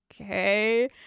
Okay